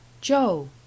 Joe